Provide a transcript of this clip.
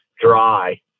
dry